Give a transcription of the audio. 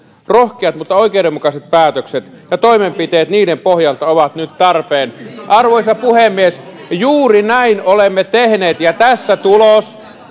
ja rohkeat mutta oikeudenmukaiset päätökset ja toimenpiteet niiden pohjalta ovat nyt tarpeen arvoisa puhemies juuri näin olemme tehneet ja tässä tulos